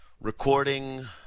recording